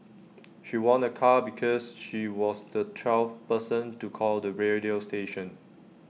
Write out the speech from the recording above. she won A car because she was the twelfth person to call the radio station